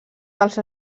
dels